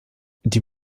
die